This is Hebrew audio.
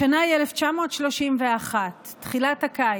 השנה היא 1931, תחילת הקיץ,